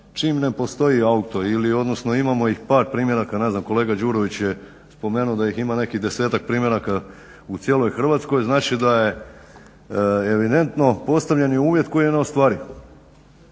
čim ne postoji auto ili odnosno imamo ih par primjeraka, kolega Đurović je spomenuo da ih ima nekih desetak primjeraka u cijeloj Hrvatskoj znači da je eminentno postavljen uvjeti koji je neostvariv.